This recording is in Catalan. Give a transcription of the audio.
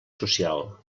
social